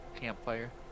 campfire